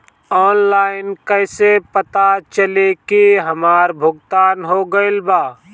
Online कईसे पता चली की हमार भुगतान हो गईल बा?